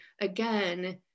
again